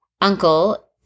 uncle